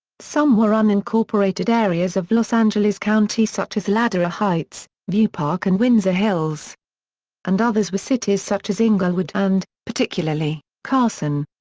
some were unincorporated areas of los angeles county such as ladera heights, view park and windsor hills and others were cities such as inglewood and, particularly, carson.